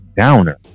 downer